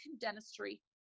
dentistry